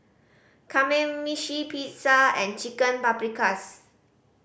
Kamameshi Pizza and Chicken Paprikas